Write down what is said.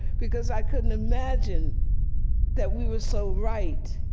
because i couldn't imagine that we were so right,